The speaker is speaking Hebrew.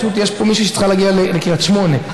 פשוט, יש פה מישהי שצריכה להגיע לקריית שמונֶה.